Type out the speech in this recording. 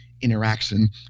interaction